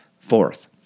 Fourth